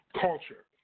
culture